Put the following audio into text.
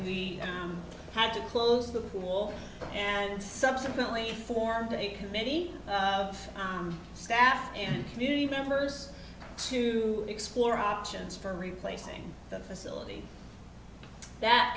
we had to close the pool and subsequently formed a committee of staff and community members to explore options for replacing the facility that